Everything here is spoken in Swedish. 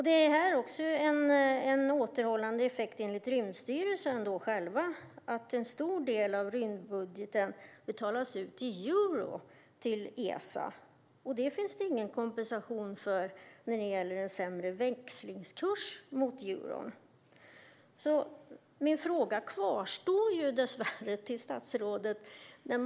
Det har enligt Rymdstyrelsen själv en återhållande effekt att en stor del av rymdbudgeten till Esa betalas ut i euro; det ges ingen kompensation när det blir en sämre växlingskurs mot euron. Mina frågor till statsrådet kvarstår dessvärre.